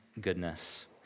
goodness